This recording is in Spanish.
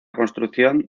construcción